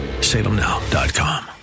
salemnow.com